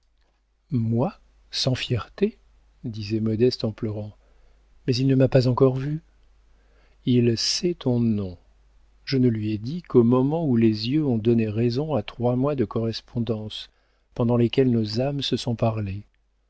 moi sans fierté disait modeste en pleurant mais il ne m'a pas encore vue il sait ton nom je ne lui ai dit qu'au moment où les yeux ont donné raison à trois mois de correspondance pendant lesquels nos âmes se sont parlé